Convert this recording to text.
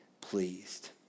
pleased